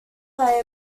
play